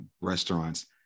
restaurants